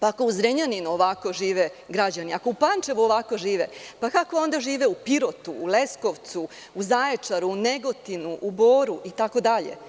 Ako u Zrenjaninu ovako žive građani, ako u Pančevu ovako žive, kako onda žive u Pirotu, u Leskovcu, u Zaječaru, u Negotinu, u Boru, itd?